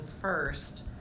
first